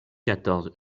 quatorze